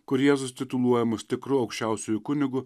kur jėzus tituluojamas tikru aukščiausiuoju kunigu